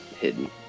hidden